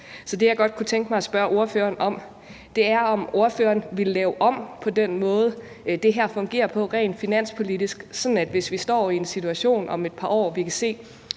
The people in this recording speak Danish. Så det, jeg godt kunne tænke mig at spørge ordføreren om, er, om ordføreren vil lave om på den måde, det her fungerer på rent finanspolitisk, sådan at hvis vi står i en situation om et par år og kan se,